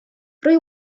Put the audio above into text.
rwy